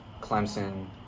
Clemson